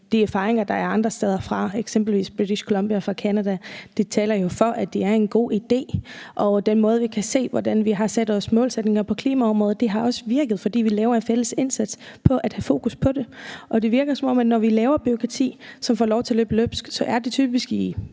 de erfaringer, der er andre steder fra, eksempelvis British Colombia i Canada, taler for, at det er en god idé. Vi kan se, at det har virket, at vi har sat os målsætninger på klimaområdet, og det er, fordi vi har gjort en fælles indsats for at have fokus på det. Det virker, som om at når vi laver bureaukrati, som får lov til at løbe løbsk, så er det typisk